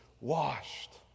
washed